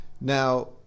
now